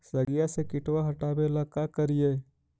सगिया से किटवा हाटाबेला का कारिये?